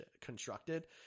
constructed